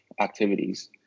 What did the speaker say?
activities